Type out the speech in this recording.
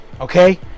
okay